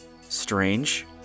Strange